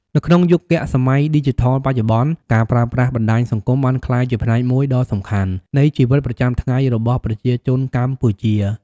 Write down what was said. នៅក្នុងយុគសម័យឌីជីថលបច្ចុប្បន្ន ការប្រើប្រាស់បណ្ដាញសង្គមបានក្លាយជាផ្នែកមួយដ៏សំខាន់នៃជីវិតប្រចាំថ្ងៃរបស់ប្រជាជនកម្ពុជា។